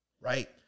Right